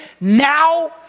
now